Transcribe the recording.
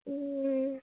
ও